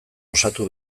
osatu